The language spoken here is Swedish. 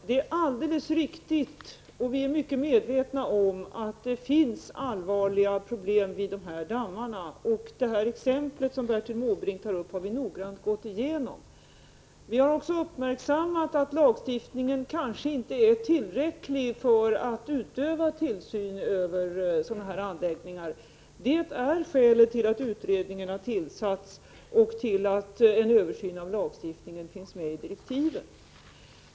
Herr talman! Det är alldeles riktigt att det finns allvarliga problem vid de nämnda dammarna — vi är mycket medvetna om det. Det exempel som Bertil Måbrink tar upp har vi också noggrant gått igenom. Vi har även uppmärksammat att lagstiftningen kanske inte är tillräcklig för att man skall kunna utöva tillsyn över dammanläggningar. Det är skälet till att utredningen har tillsatts och till att en översyn av lagstiftningen finns med i direktiven.